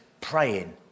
praying